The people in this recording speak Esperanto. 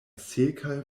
sekaj